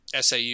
SAU